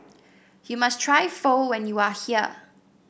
you must try Pho when you are here